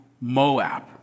Moab